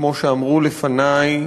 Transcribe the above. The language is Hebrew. כמו שאמרו לפני,